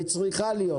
וצריכה להיות,